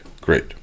Great